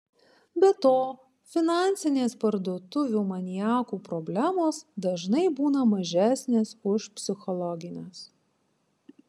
be to finansinės parduotuvių maniakų problemos dažnai būna mažesnės už psichologines